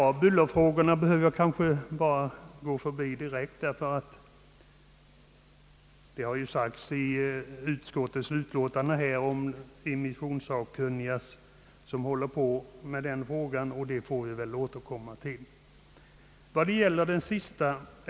Bullerfrågorna kan jag kanske gå förbi direkt. I utskottets utlåtande har nämligen talats om immissionssakkunniga som håller på med denna fråga; och vi får väl återkomma till den saken.